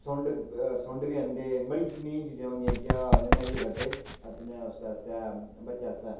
सुंड्ढ ब सुंड्ढ बी आह्ऩदे ते बड़ी नेही चीजां होंदियां जेह्कियां नन्हैलिये करदे अपने उस आस्तै बच्चे आस्तै